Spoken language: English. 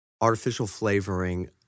artificial-flavoring